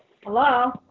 Hello